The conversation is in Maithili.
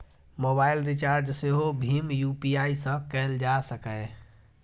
मोबाइल रिचार्ज सेहो भीम यू.पी.आई सं कैल जा सकैए